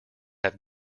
have